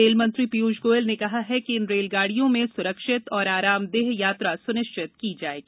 रेलमंत्री पीयूष गोयल ने कहा है कि इन रेलगाड़ियों में सुरक्षित और आरामदेह यात्रा सुनिश्चित की जाएगी